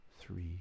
three